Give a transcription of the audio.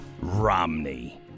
Romney